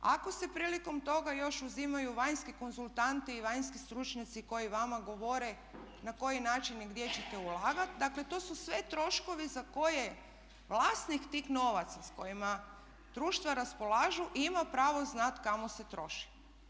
Ako se prilikom toga još uzimaju vanjski konzultanti i vanjski stručnjaci koji vama govore na koji način i gdje ćete ulagati, dakle to su sve troškovi za koje vlasnik tih novaca sa kojima društva raspolažu ima pravo znati kamo se troši.